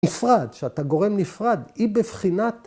‫נפרד, שאתה גורם נפרד, ‫היא בבחינת...